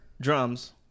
drums